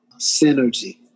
synergy